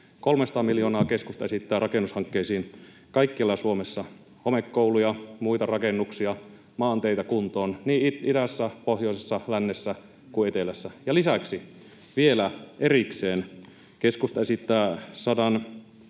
300 miljoonaa keskusta esittää rakennushankkeisiin kaikkialla Suomessa: homekouluja, muita rakennuksia, maanteitä kuntoon niin idässä, pohjoisessa, lännessä kuin etelässä. Lisäksi vielä erikseen keskusta esittää 160